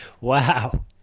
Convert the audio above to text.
Wow